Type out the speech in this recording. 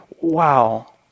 wow